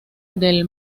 del